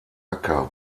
acker